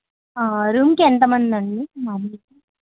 రూమ్కి ఎంత మంది అండి మామూలుగా